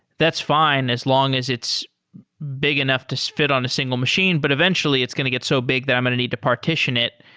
that's fine as long as its big enough to so fit on a single machine, but eventually it's going to get so big that i'm going to need to partition it.